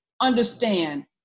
understand